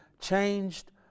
changed